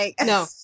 no